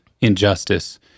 injustice